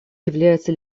является